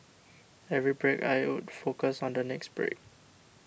every break I would focus on the next break